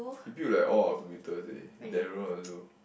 he built like all our computers eh Daryl one also